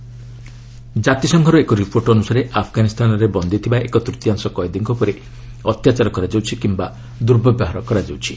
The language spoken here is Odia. ୟୁଏନ୍ ଆଫ୍ଗାନ୍ ଜାତିସଂଘର ଏକ ରିପୋର୍ଟ ଅନୁସାରେ ଆଫ୍ଗାନିସ୍ତାନରେ ବନ୍ଦି ଥିବା ଏକ ତୃତୀୟାଂଶ କଏଦୀଙ୍କ ଉପରେ ଅତ୍ୟାଚାର କରାଯାଉଛି କିମ୍ବା ଦୁର୍ବ୍ୟବହାର କରାଯାଉଛି